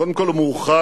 קודם כול, הוא מאוחד